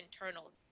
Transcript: internal